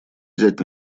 взять